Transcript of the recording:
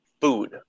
food